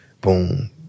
Boom